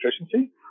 efficiency